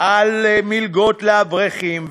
על מלגות לאברכים,